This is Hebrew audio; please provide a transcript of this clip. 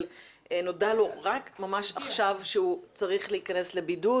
אבל נודע לו רק ממש עכשיו שהוא צריך להיכנס לבידוד,